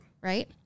Right